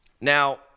Now